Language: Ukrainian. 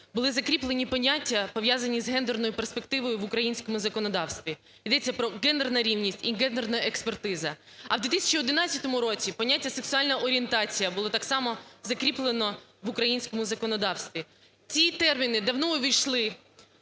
були закріплені поняття, пов'язані з гендерною перспективою в українському законодавстві – йдеться про гендерну рівність і гендерну експертизу. А в 2011 році поняття "сексуальна орієнтація" було так само закріплене в українському законодавстві. Ці терміни давно увійшли